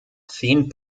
zehn